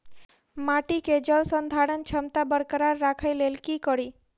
माटि केँ जलसंधारण क्षमता बरकरार राखै लेल की कड़ी?